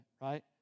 right